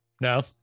No